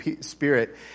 spirit